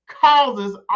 Causes